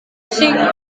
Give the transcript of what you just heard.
asing